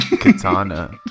katana